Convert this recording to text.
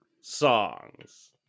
songs